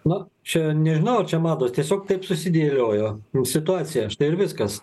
na čia nežinau ar čia mados tiesiog taip susidėliojo situacija štai ir viskas